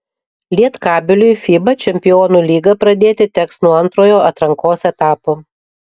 lietkabeliui fiba čempionų lygą pradėti teks nuo antrojo atrankos etapo